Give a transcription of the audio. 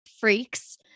freaks